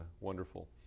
wonderful